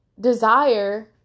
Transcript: desire